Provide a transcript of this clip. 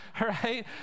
Right